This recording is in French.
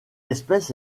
espèce